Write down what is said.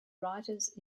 writers